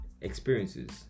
experiences